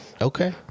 okay